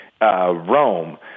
Rome